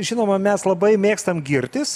žinoma mes labai mėgstam girtis